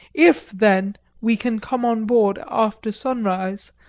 if, then, we can come on board after sunrise,